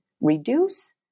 reduce